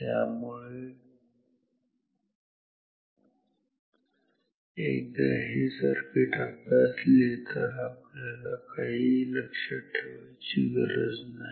त्यामुळे एकदा हे सर्किट अभ्यासले तर आपल्याला काहीही लक्षात ठेवायची गरज नाही